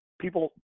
People